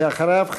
ואחריו,